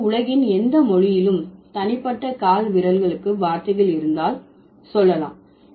அதாவது உலகின் எந்த மொழியிலும் தனிப்பட்ட கால்விரல்களுக்கு வார்த்தைகள் இருந்தால் சொல்லலாம்